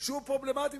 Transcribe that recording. שהוא פרובלמטי